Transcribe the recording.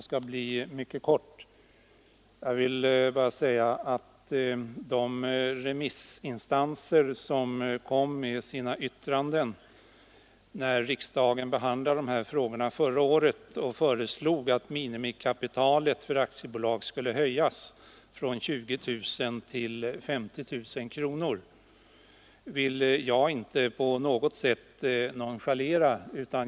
Herr talman! Jag skall fatta mig mycket kort. De remissinstanser som kom med sina yttranden när riksdagen behandlade dessa frågor förra året och föreslog att minimikapitalet för aktiebolag skulle höjas från 20 000 kronor till 50 000 kronor vill jag inte på något sätt nonchalera.